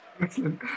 Excellent